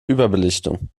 überbelichtung